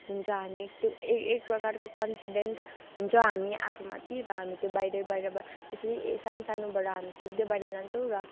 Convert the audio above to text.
हुन्छ हामी त्यो ए एक प्रकारको कन्फिडेन्ट हुन्छ हामी आफूमाथि र हामी त्यो बाहिरै बाहिर बा त्यसरी ए सानोसानोबाट हामी सिक्दै बाहिर जान्छु र